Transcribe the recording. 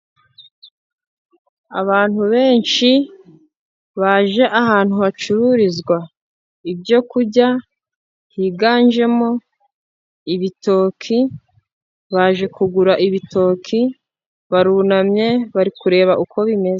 Abantu benshi baje ahantu hacururizwa ibyo kurya, higanjemo ibitoki, baje kugura ibitoki barunamye bari kureba uko bimeze.